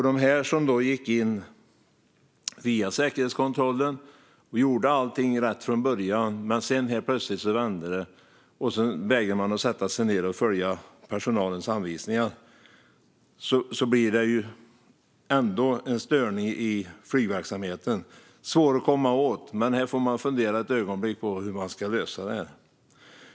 Dessa aktörer gick in via säkerhetskontrollen och gjorde allting rätt från början, men helt plötsligt vände det och de vägrade sätta sig ned och följa personalens anvisningar. Då blir det en störning i flygverksamheten som är svår att komma åt. Här får man fundera ett ögonblick på hur man ska lösa detta.